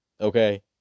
okay